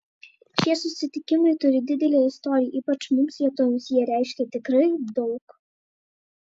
šie susitikimai turi didelę istoriją ypač mums lietuviams jie reiškia tikrai daug